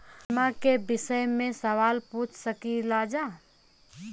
बीमा के विषय मे सवाल पूछ सकीलाजा?